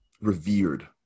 revered